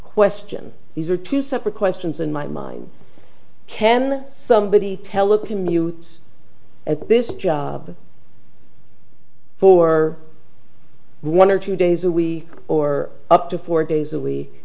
question these are two separate questions in my mind can somebody telecommutes at this job for one or two days are we or up to four days a